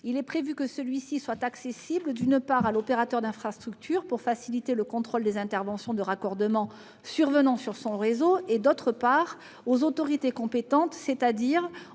Il est prévu que celui-ci soit accessible, d'une part, à l'opérateur d'infrastructure, et ce afin de faciliter le contrôle des interventions de raccordement survenant sur son réseau, et, d'autre part, aux autorités compétentes, c'est-à-dire aux autorités détentrices